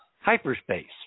hyperspace